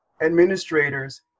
Administrators